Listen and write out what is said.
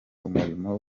umurimo